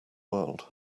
world